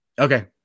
Okay